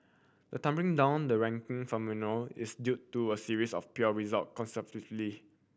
the tumbling down the ranking phenomenon is due to a series of pure result consecutively